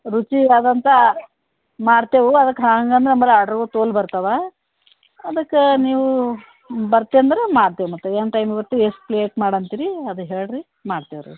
ರುಚಿಯಾದಂತ ಮಾಡ್ತೆವೆ ಅದಕ್ಕೆ ಹಾಂಗೆ ಅಂದ್ರೆ ನಮ್ಮಲ್ಲಿ ಆರ್ಡ್ರುಗಳು ತೋಲ ಬರ್ತಾವೆ ಅದಕ್ಕೆ ನೀವು ಬರುತ್ತಿ ಅಂದರೆ ಮಾಡ್ತೀವಿ ಮತ್ತೆ ಏನು ಟೈಮಿಗೆ ಬರುತ್ತಿ ಎಷ್ಟು ಪ್ಲೇಟ್ ಮಾಡು ಅಂತೀರಿ ಅದು ಹೇಳಿರಿ ಮಾಡ್ತೀವಿ ರೀ